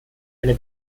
eine